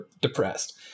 depressed